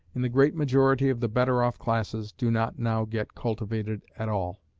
in the great majority of the better-off classes, do not now get cultivated at all.